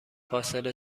فاصله